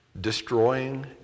Destroying